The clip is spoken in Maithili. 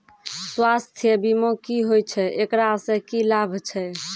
स्वास्थ्य बीमा की होय छै, एकरा से की लाभ छै?